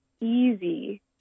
easy